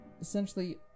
essentially